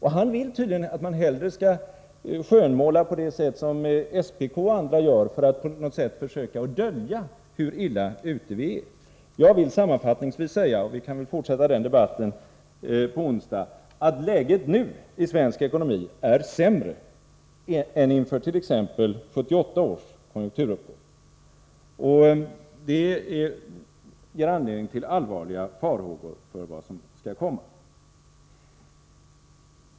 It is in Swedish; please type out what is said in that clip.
Han vill tydligen att man hellre skall skönmåla på det vis som SPK och andra gör, för att på något sätt försöka dölja hur illa ute vi är. Jag vill sammanfattningsvis säga — vi kan väl fortsätta debatten på onsdag— att läget i svensk ekonomi nu är sämre än infört.ex. 1978 års konjunkturuppgång, och det ger anledning till allvarliga farhågor för vad som skall komma.